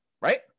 right